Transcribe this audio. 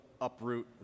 uproot